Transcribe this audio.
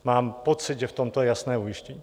Mám pocit, že v tomto je jasné ujištění.